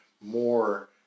more